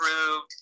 approved